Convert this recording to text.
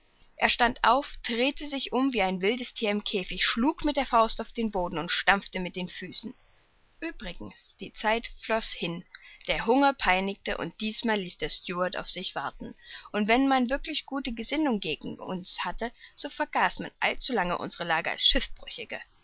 er stand auf drehte sich um wie ein wildes thier im käfig schlug mit der faust auf den boden und stampfte mit füßen uebrigens die zeit floß hin der hunger peinigte und diesmal ließ der steward auf sich warten und wenn man wirklich gute gesinnung gegen uns hatte so vergaß man allzulang unsere lage als schiffbrüchige